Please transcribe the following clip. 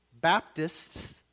Baptists